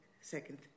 second